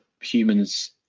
humans